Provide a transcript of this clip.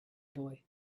boy